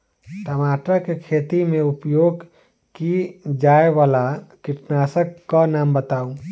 टमाटर केँ खेती मे उपयोग की जायवला कीटनासक कऽ नाम बताऊ?